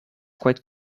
quite